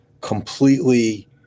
completely